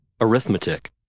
Arithmetic